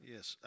Yes